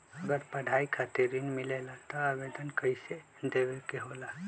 अगर पढ़ाई खातीर ऋण मिले ला त आवेदन कईसे देवे के होला?